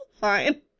Fine